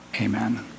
amen